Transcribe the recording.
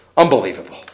Unbelievable